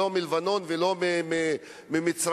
לא מלבנון ולא ממצרים,